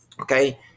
okay